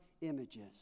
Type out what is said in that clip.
images